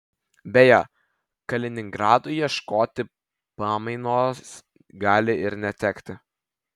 beje kaliningradui ieškoti pamainos gali ir netekti